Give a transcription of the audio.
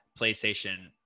PlayStation